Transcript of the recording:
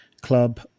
club